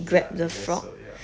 ya I guess so ya